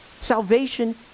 Salvation